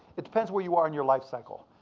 it depends where you are in your life cycle.